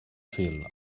fil